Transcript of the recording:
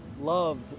loved